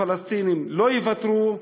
הפלסטינים לא יוותרו,